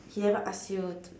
he never ask you to